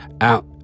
out